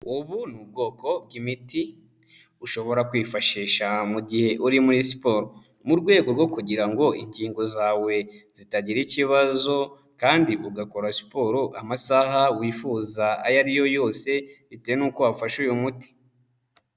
Ubu ni ubwoko bw'imiti ushobora kwifashisha mu gihe uri muri siporo, mu rwego rwo kugira ngo ingingo zawe zitagira ikibazo, kandi ugakora siporo amasaha wifuza ayo ari yo yose, bitewe n'uko wafasha uyu muti.